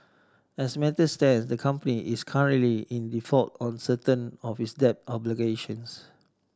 as matters stand the company is currently in default on certain of its debt obligations